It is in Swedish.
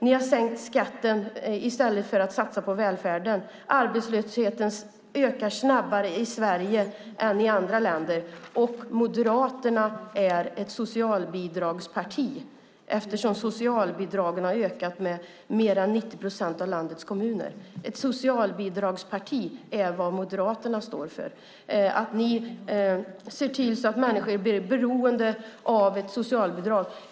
Ni har sänkt skatten i stället för att satsa på välfärden. Arbetslösheten ökar snabbare i Sverige än i andra länder. Moderaterna är ett socialbidragsparti, eftersom socialbidragen har ökat i mer än 90 procent av landets kommuner. Ett socialbidragsparti är vad Moderaterna är. Ni ser till att människor blir beroende av socialbidrag.